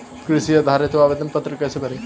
कृषि उधार हेतु आवेदन पत्र कैसे भरें?